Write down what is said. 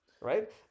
right